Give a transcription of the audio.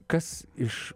kas iš